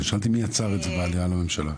שאלתי מי יצר את זה בעלייה לממשלה.